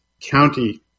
County